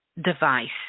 device